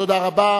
תודה רבה.